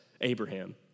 Abraham